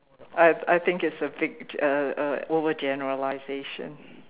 I I think it's a big uh uh overgeneralization